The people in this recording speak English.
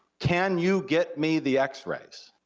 can you get me the x-rays?